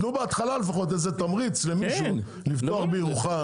תנו בהתחלה לפחות איזה תמריץ למישהו לפתוח בירוחם,